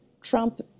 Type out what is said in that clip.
Trump